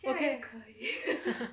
okay